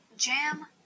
Jam